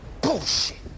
Bullshit